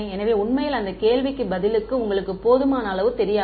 எனவே உண்மையில் அந்த கேள்விக்கு பதிலளிக்க உங்களுக்கு போதுமான அளவு தெரியாது